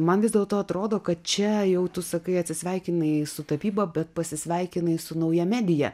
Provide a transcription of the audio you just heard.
man vis dėlto atrodo kad čia jau tu sakai atsisveikinai su tapyba bet pasisveikinai su nauja medija